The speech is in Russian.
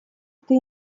это